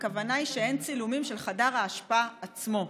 הכוונה היא שאין צילומים של חדר האשפה עצמו,